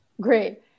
Great